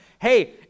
hey